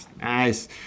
Nice